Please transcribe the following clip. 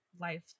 life